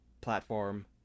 platform